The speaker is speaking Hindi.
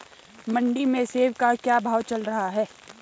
मंडी में सेब का क्या भाव चल रहा है?